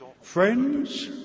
Friends